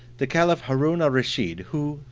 the caliph haroon al rusheed, who,